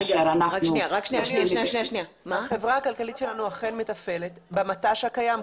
כאשר אנחנו --- החברה הכלכלית שלנו אכן מתפעלת במט"ש הקיים,